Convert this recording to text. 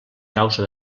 causa